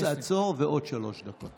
איפוס, עצור, ועוד שלוש דקות.